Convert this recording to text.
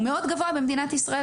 הוא גבוה מאוד במדינת ישראל,